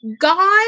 God